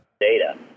Data